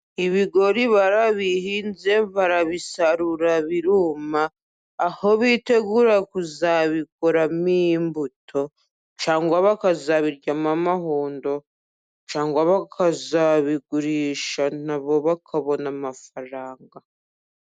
Ibigori barabihinze, barabisarura biruma, aho bitegura kuzabikuramo imbuto cyangwa bakazabiryamo amahundo, cyangwa bakazabigurisha nabo bakabona amafaranga.